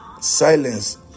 Silence